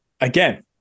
again